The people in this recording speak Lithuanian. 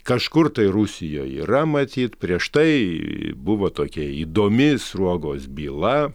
kažkur tai rusijoj yra matyt prieš tai buvo tokia įdomi sruogos byla